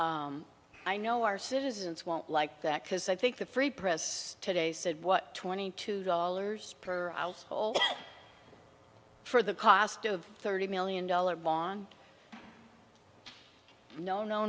i know our citizens won't like that because i think the free press today said what twenty two dollars per household for the cost of thirty million dollars on no no